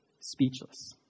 speechless